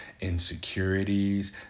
insecurities